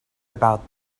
about